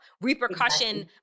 Repercussion